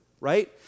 right